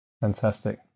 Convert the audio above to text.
Fantastic